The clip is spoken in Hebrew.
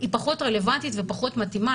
היא פחות רלוונטית ופחות מתאימה.